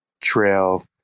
trail